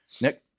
Nick